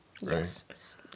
Yes